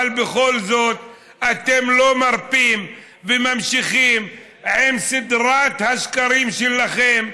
אבל בכל זאת אתם לא מרפים וממשיכים עם סדרת השקרים שלכם,